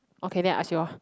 okay then I ask you orh